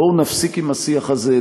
בואו נפסיק עם השיח הזה,